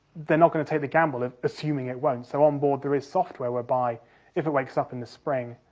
they're not going to take the gamble of assuming it won't, so, onboard there is software whereby if it wakes up in the spring,